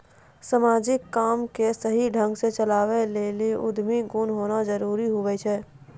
समाजिक काम के सही ढंग से चलावै लेली उद्यमी गुण होना जरूरी हुवै छै